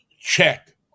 check